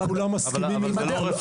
אבל לא כולם מסכימים עם הדרך.